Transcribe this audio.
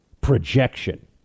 projection